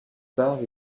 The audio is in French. par